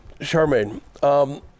Charmaine